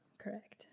Correct